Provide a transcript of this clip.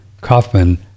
Kaufman